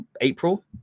April